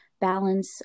balance